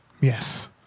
Yes